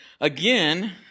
again